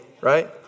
right